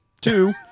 Two